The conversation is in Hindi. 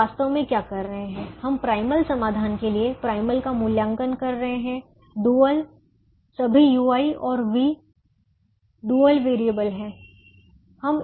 हम वास्तव में क्या कर रहे हैं हम प्राइमल समाधान के लिए है प्राइमल का मूल्यांकन कर रहे हैं डुअल सभी u और v डुअल वेरिएबल हैं